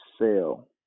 sale